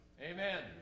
Amen